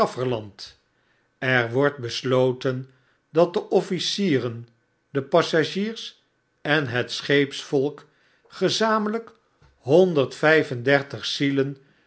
kafferland er wordt besloten dat de officieren de passagiers en het scheepsvolk gezamenlyk honderdvyfendertig zielen